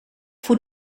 voor